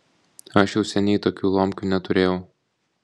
aš jau seniai tokių lomkių neturėjau